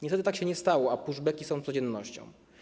Niestety tak się nie stało, a pushbacki są codziennością.